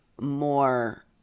more